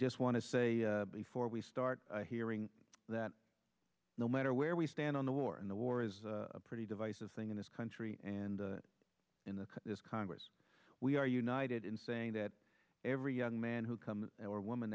just want to say before we start hearing that no matter where we stand on the war and the war is a pretty divisive thing in this country and in the congress we are united in saying that every young man who come or woman